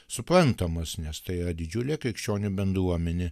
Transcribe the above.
suprantamas nes tai yra didžiulė krikščionių bendruomenė